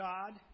God